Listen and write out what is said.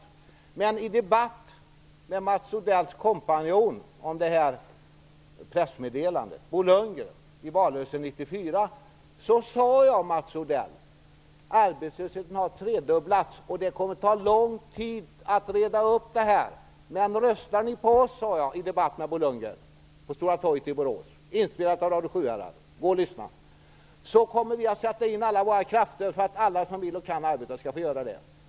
I en debatt i valrörelsen 1994 med Mats Odells kompanjon i fråga om pressmeddelandet Bo Lundgren sade jag att arbetslösheten hade tredubblats och att det skulle ta lång tid att reda upp det men om man röstade på oss - det var på Stora torget i Borås i Sjuhäradsbygden - så skulle vi sätta in alla våra krafter för att se till att alla som vill och kan arbeta skall få göra det.